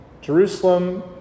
Jerusalem